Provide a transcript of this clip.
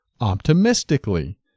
optimistically